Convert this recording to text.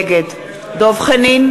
נגד דב חנין,